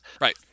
Right